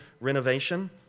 renovation